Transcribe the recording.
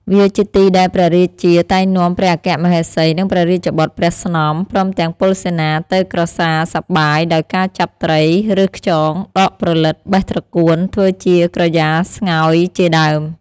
វាជាទីដែលព្រះរាជាតែងនាំព្រះអគ្គមហេសី និងព្រះរាជបុត្រ ព្រះស្នំ ព្រមទាំងពលសេនា ទៅក្រសាលសប្បាយដោយការចាប់ត្រី រើសខ្យង ដកព្រលិត បេះត្រកួន ធ្វើជាក្រយាស្ងោយជាដើម ។